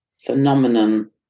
phenomenon